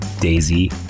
Daisy